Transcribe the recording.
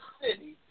city